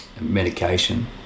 medication